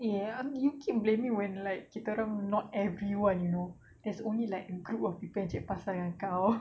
ya I mean you keep blaming when like kita orang not everyone you know there's only like a group of people yang cari pasal dengan kau